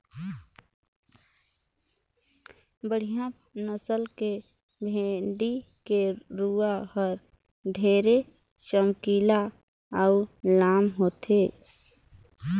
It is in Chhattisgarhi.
बड़िहा नसल के भेड़ी के रूवा हर ढेरे चमकीला अउ लाम होथे